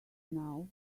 now